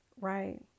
right